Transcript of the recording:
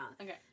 okay